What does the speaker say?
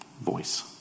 voice